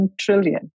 trillion